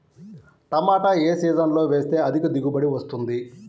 టమాటా ఏ సీజన్లో వేస్తే అధిక దిగుబడి వస్తుంది?